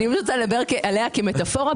אני מדברת עליה כדוגמה, כמטפורה.